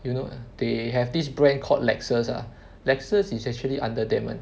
you know they have this brand called Lexus ah Lexus is actually under Damen